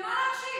למה להקשיב?